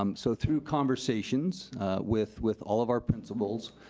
um so through conversations with with all of our principals,